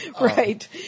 Right